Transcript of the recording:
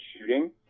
shooting